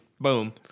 Boom